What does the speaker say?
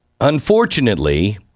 Unfortunately